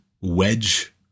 wedge